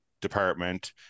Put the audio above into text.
department